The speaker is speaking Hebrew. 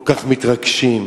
צריך לחזק את אש"ף,